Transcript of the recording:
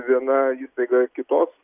viena įstaiga kitos